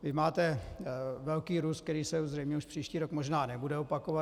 Vy máte velký růst, který se zřejmě už příští rok možná nebude opakovat.